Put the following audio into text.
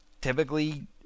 typically